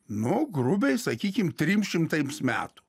nu grubiai sakykim trim šimtams metų